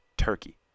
turkey